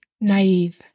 naive